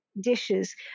dishes